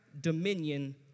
dominion